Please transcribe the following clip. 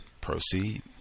Proceed